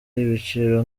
ibiciro